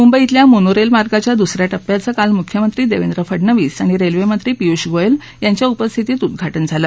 मुंबईतल्या मोनोरेल मार्गाच्या दुसऱ्या टप्प्याचं काल मुख्यमंत्री देवेंद्र फडणवीस आणि रेल्वेमंत्री पियुष गोयल यांच्या उपस्थितीत उद्घाटन झालं